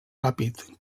ràpid